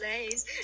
place